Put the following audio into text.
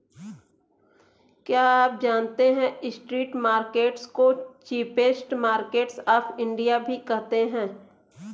क्या आप जानते है स्ट्रीट मार्केट्स को चीपेस्ट मार्केट्स ऑफ इंडिया भी कहते है?